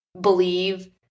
believe